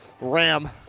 ram